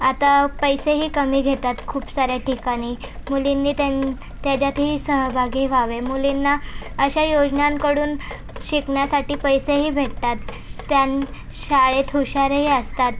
आता पैसेही कमी घेतात खूप साऱ्या ठिकाणी मुलींनी त्यां त्याच्यातही सहभागी व्हावे मुलींना अशा योजनांकडून शिकण्यासाठी पैसेही भेटतात त्या शाळेत हुशारही असतात